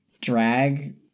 drag